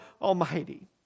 Almighty